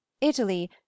italy